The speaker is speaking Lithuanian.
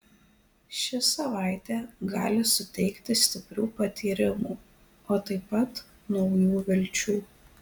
ši savaitė gali suteikti stiprių patyrimų o taip pat naujų vilčių